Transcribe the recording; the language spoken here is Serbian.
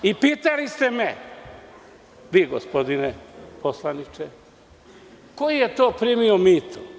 I pitali ste me, vi gospodine poslaniče - ko je to primio mito?